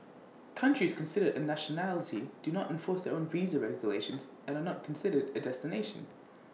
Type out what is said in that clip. countries considered A nationality do not enforce their own visa regulations and are not considered A destination